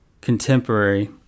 contemporary